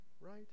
right